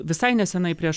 visai nesenai prieš